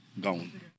gone